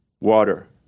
water